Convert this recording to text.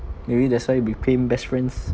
maybe that's why became best friends